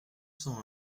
cent